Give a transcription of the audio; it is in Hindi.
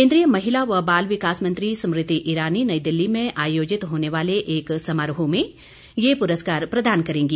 केन्द्रीय महिला व बाल विकास मंत्री स्मृति ईरानी नई दिल्ली में आयोजित होने वाले एक समारोह में ये पुरस्कार प्रदान करेंगी